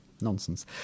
nonsense